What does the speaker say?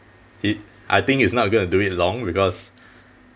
he~ I think he's not going to do it long because